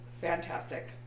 fantastic